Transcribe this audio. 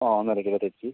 ആ ഒന്നരക്കിലൊ തെച്ചി